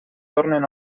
tornen